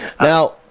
Now